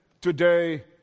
today